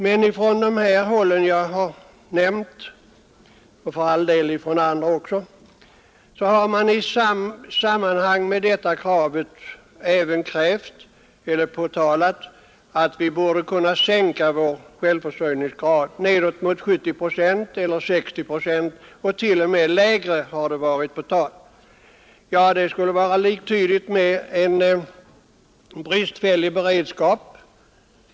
Men ifrån de håll jag har nämnt och för all del från andra håll också har man i sammanhang med detta krav även påtalat att vi borde kunna sänka vår självförsörjningsgrad nedåt mot 70 procent eller 60 procent — t.o.m. större sänkningar har varit på tal. Det skulle vara liktydigt med en bristfällig beredskap.